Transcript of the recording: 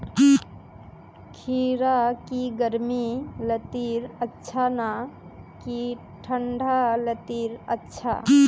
खीरा की गर्मी लात्तिर अच्छा ना की ठंडा लात्तिर अच्छा?